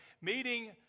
Meeting